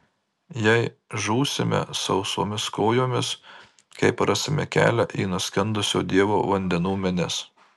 jei žūsime sausomis kojomis kaip rasime kelią į nuskendusio dievo vandenų menes